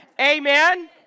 Amen